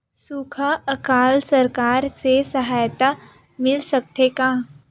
सुखा अकाल सरकार से सहायता मिल सकथे का?